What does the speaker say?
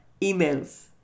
emails